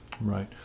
Right